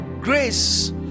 grace